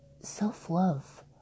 self-love